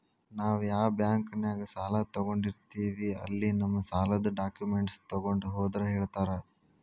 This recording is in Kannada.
ನಾವ್ ಯಾ ಬಾಂಕ್ನ್ಯಾಗ ಸಾಲ ತೊಗೊಂಡಿರ್ತೇವಿ ಅಲ್ಲಿ ನಮ್ ಸಾಲದ್ ಡಾಕ್ಯುಮೆಂಟ್ಸ್ ತೊಗೊಂಡ್ ಹೋದ್ರ ಹೇಳ್ತಾರಾ